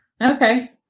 Okay